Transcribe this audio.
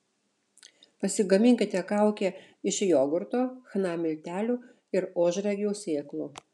pasigaminkite kaukę iš jogurto chna miltelių ir ožragių sėklų